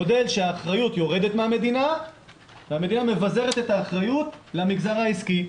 מודל שהאחריות יורדת מהמדינה והמדינה מבזרת את האחריות למגזר העסקי.